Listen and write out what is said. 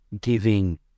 Giving